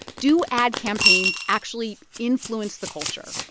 do ad campaigns actually influence the culture,